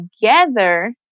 together